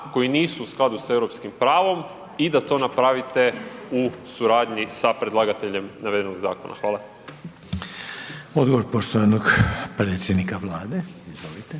koji nisu u skladu s Europskim pravom i da to napravite u suradnji sa predlagateljem navedenog zakona. Hvala. **Reiner, Željko (HDZ)** Odgovor poštovanog predsjednika Vlade, izvolite.